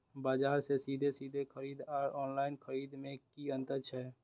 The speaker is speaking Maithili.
बजार से सीधे सीधे खरीद आर ऑनलाइन खरीद में की अंतर छै?